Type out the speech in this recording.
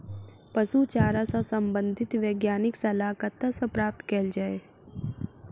पशु चारा सऽ संबंधित वैज्ञानिक सलाह कतह सऽ प्राप्त कैल जाय?